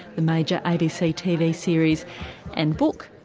a major abc tv series and book.